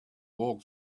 walk